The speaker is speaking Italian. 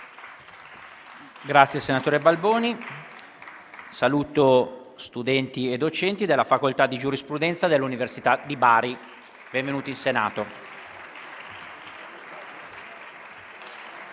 finestra"). Saluto studenti e docenti della facoltà di giurisprudenza dell'Università di Bari. Benvenuti in Senato.